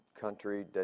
country